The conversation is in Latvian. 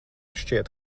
šķiet